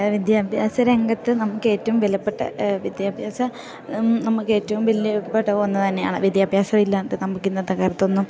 വിദ്യാഭ്യാസ രംഗത്ത് നമുക്കേറ്റവും വിലപ്പെട്ട വിദ്യാഭ്യാസ നമുക്കേറ്റവും വിലപ്പെട്ട ഒന്ന് തന്നെയാണ് വിദ്യാഭ്യാസം ഇല്ലാത്ത നമുക്ക് ഇന്നത്തെ കാലത്തൊന്നും